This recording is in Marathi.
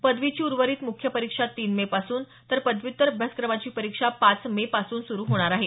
पदवीची उर्वरित मुख्य परीक्षा तीन मे पासून तर पदव्युत्तर अभ्यासक्रमाची परीक्षा पाच मे पासून सुरु होणार आहे